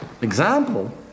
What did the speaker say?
Example